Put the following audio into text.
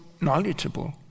knowledgeable